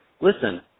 listen